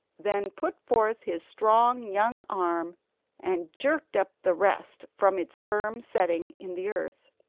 then put forth his strong young arm and jerked up the rest from its firm setting in the earth.